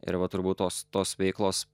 ir va turbūt tos tos veiklos